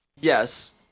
Yes